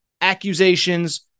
accusations